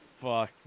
fuck